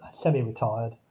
semi-retired